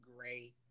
gray